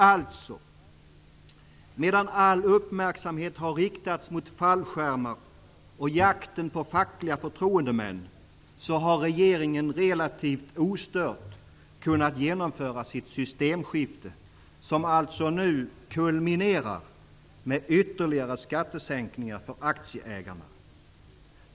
Alltså: Medan all uppmärksamhet har riktats mot fallskärmar och jakten på fackliga förtroendemän, har regeringen relativt ostört kunna genomföra sitt systemskifte som nu kulminerar med ytterligare skattesänkningar för aktieägarna.